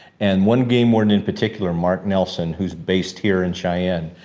and one game warden in particular, mark nelson, who's based here in cheyenne.